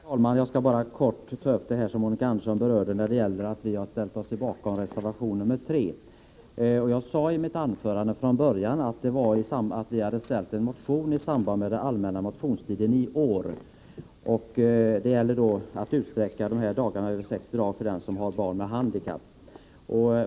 Herr talman! Jag skall bara kort ta upp något av det som Monica Andersson berörde, nämligen detta att vi ställt oss bakom reservation 3. Jag sade i mitt inledningsanförande att vi har framställt en motion i samband med den allmänna motionstiden i år om att utsträcka föräldrapenningtiden utöver 60 dagar för dem som har barn med handikapp.